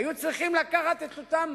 היו צריכים לקחת את אותם,